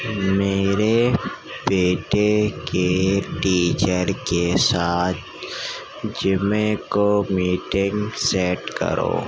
میرے بیٹے کے ٹیچر کے ساتھ جمعے کو میٹنگ سیٹ کرو